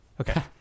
okay